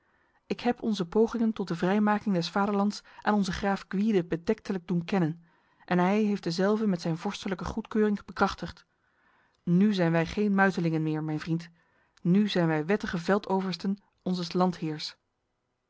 ik heb onze pogingen tot de vrijmaking des vaderlands aan onze graaf gwyde bedektelijk doen kennen en hij heeft dezelve met zijn vorstelijke goedkeuring bekrachtigd nu zijn wij geen muitelingen meer mijn vriend nu zijn wij wettige veldoversten onzes